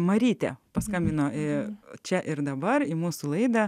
marytė paskambino ir čia ir dabar į mūsų laidą